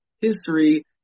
history